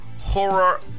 horror